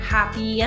Happy